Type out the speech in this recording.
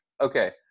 okay